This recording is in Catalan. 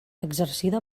exercida